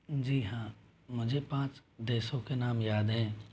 जी हाँ मुझे पाँच देशों के नाम याद हैं